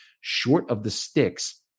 short-of-the-sticks